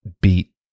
beat